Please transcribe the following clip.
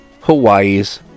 Hawaii's